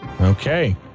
Okay